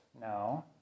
No